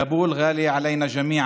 כאבול יקרה לכולנו,